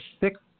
six